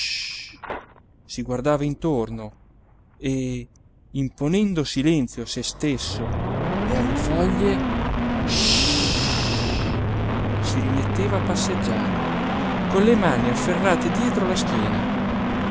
si guardava intorno e imponendo silenzio a se stesso e alle foglie ssss si rimetteva a passeggiare con le mani afferrate dietro la schiena